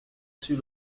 sur